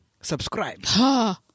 subscribe